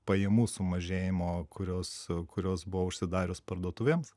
pajamų sumažėjimo kurios kurios buvo užsidarius parduotuvėms